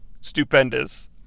stupendous